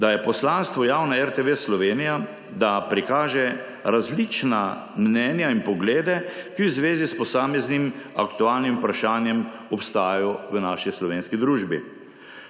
da je poslanstvo javne RTV Slovenija, da prikaže različna mnenja in poglede, ki v zvezi s posameznim aktualnim vprašanjem obstajajo v naši slovenski družbi.